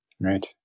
right